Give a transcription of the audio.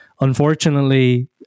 Unfortunately